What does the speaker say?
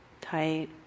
tight